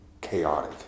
chaotic